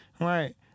Right